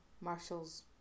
Marshall's